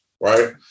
Right